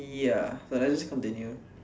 ya but let's just continue